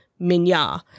Minya